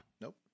Nope